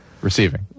Receiving